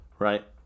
Right